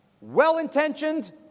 well-intentioned